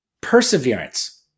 perseverance